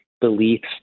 beliefs